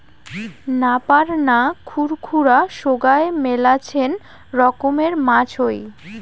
নাপার না, খুর খুরা সোগায় মেলাছেন রকমের মাছ হই